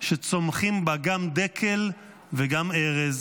שצומחים בה גם דקל וגם ארז,